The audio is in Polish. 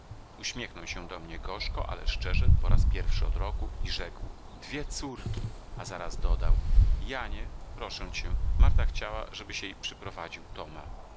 uśmiechnął się do mnie gorzko ale szczerze po raz pierwszy od roku i rzekł dwie córki a zaraz dodał janie proszę cię marta chciała żebyś jej przyprowadził toma